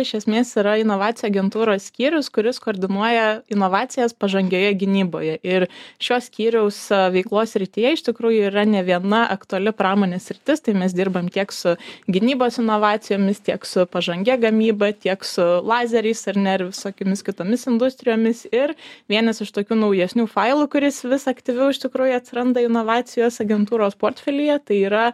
iš esmės yra inovacijų agentūros skyrius kuris koordinuoja inovacijas pažangioje gynyboje ir šio skyriaus veiklos srityje iš tikrųjų yra ne viena aktuali pramonės sritis tai mes dirbame tiek su gynybos inovacijomis tiek su pažangia gamyba tiek su lazeriais ar ne visokiomis kitomis industrijomis ir vienas iš tokių naujesnių failų kuris vis aktyviau iš tikrųjų atsiranda inovacijos agentūros portfelyje tai yra